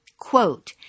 Quote